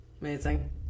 Amazing